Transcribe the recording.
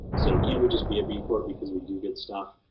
so can't we just be a report because we do get stuff.